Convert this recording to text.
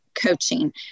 coaching